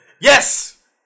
Yes